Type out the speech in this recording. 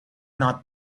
not